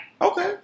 Okay